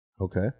Okay